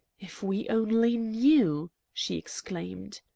if we only knew! she exclaimed.